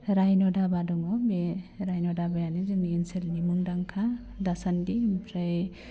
राइन' धाबा दङ बे राइन' धाबायानो जोंनि ओनसोलनि मुंदांखा दासान्दि ओमफ्राय